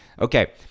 okay